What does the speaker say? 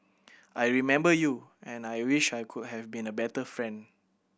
I remember you and I wish I could have been a better friend